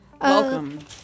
Welcome